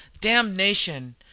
Damnation